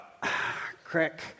Crack